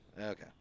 Okay